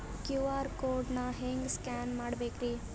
QR code ನಾ ಹೆಂಗ scan ಮಾಡಬೇಕ್ರಿ?